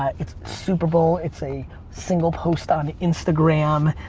it's super bowl, it's a single post on instagram.